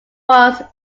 once